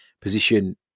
position